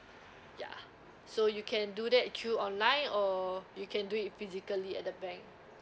ya so you can do that through online or you can do it physically at the bank